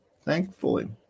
Thankfully